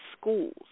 schools